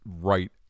right